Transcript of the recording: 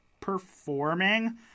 performing